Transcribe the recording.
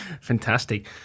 Fantastic